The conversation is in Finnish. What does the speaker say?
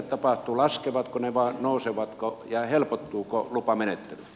laskevatko ne vai nousevatko ja helpottuuko lupamenettely